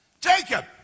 Jacob